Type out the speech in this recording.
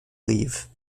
leave